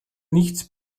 nichts